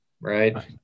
Right